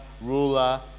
ruler